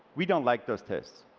we don't like those tests.